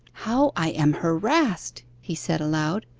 how i am harassed he said aloud,